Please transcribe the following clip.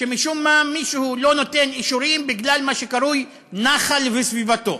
ומשום מה מישהו לא נותן אישורים בגלל מה שקרוי: נחל וסביבתו.